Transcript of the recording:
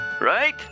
right